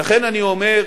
ולכן אני אומר,